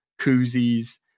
koozies